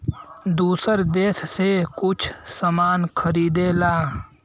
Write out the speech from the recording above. दूसर देस से कुछ सामान खरीदेला